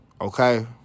okay